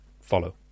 follow